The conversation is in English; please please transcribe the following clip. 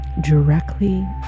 directly